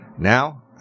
Now